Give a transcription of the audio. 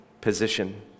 position